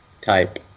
type